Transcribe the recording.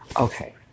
Okay